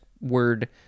word